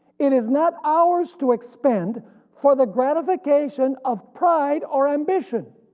it is not ours to expend for the gratification of pride or ambition.